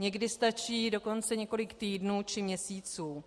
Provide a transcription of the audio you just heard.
Někdy stačí dokonce několik týdnů či měsíců.